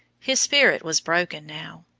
his spirit was broken now.